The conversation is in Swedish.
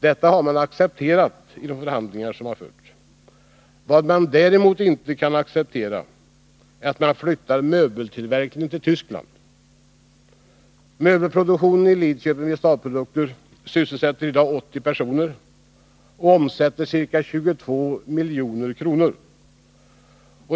Detta har man accepterat i de förhandlingar som förts. Vad man däremot inte kan acceptera är att företaget flyttar möbeltillverkningen till Tyskland. Möbelproduktionen vid Starprodukter i Lidköping sysselsätter i dag 80 personer och omsätter ca 22 milj.kr.